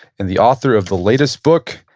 and the author of the latest book,